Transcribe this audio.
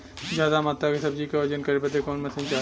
ज्यादा मात्रा के सब्जी के वजन करे बदे कवन मशीन चाही?